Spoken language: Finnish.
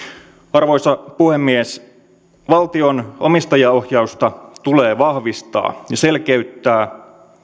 arvoisa puhemies valtion omistajaohjausta tulee vahvistaa ja selkeyttää